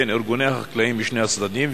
בין ארגוני החקלאים משני הצדדים,